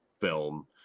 film